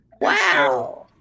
Wow